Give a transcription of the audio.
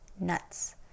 nuts